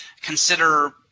consider